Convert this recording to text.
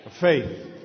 Faith